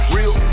Real